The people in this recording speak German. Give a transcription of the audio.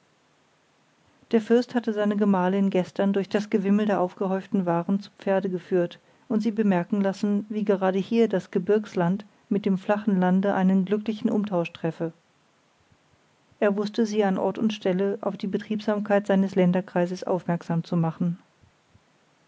der fürst hatte seine gemahlin gestern durch das gewimmel der aufgehäuften waren zu pferde geführt und sie bemerken lassen wie gerade hier das gebirgsland mit dem flachen lande einen glücklichen umtausch treffe er wußte sie an ort und stelle auf die betriebsamkeit seines länderkreises aufmerksam zu machen